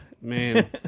Man